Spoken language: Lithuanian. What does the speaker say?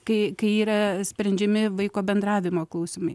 kai kai yra sprendžiami vaiko bendravimo klausimai